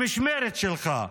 שבמשמרת שלך?